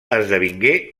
esdevingué